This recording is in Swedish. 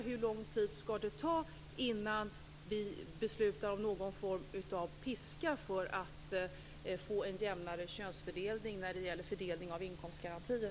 Hur lång tid skall det ta innan vi beslutar om någon form av piska för att få en jämnare könsfördelning vid fördelning av inkomstgarantier?